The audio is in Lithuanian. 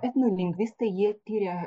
etnolingvistai jie tiria